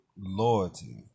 loyalty